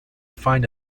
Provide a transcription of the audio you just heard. find